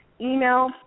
email